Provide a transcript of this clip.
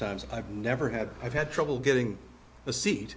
times i've never had i've had trouble getting a seat